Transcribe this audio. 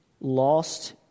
lost